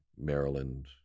Maryland